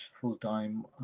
full-time